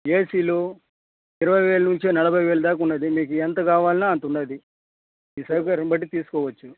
ఏసీలు ఇరవై వేలు నుంచి నలభై వేలు దాకా ఉంది మీకు ఎంత కావాలన్న అంత ఉంది మీ సౌకర్యం బట్టి తీసుకోవచ్చు